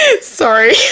Sorry